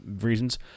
reasons